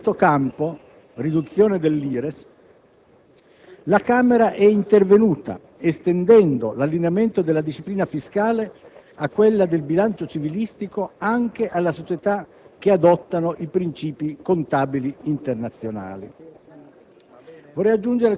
In questo campo (riduzione dell'IRES), la Camera è intervenuta estendendo l'allineamento della disciplina fiscale a quella del bilancio civilistico anche alle società che adottano i princìpi contabili internazionali.